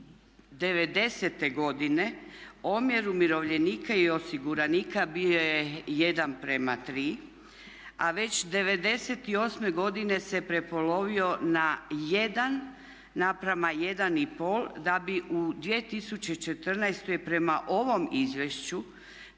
'90.-te godine omjer umirovljenika i osiguranika bio je 1:3 a već '98. godine se prepolovio na jedan naprama jedan i pol, da bi u 2014. prema ovom izvješću